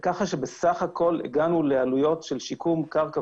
כך שבסך הכול הגענו לעלויות של שיקום קרקע